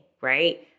right